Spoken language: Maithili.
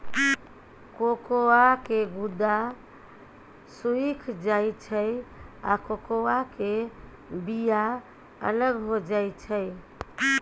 कोकोआ के गुद्दा सुइख जाइ छइ आ कोकोआ के बिया अलग हो जाइ छइ